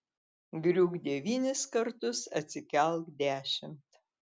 griūk devynis kartus atsikelk dešimt